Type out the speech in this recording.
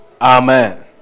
Amen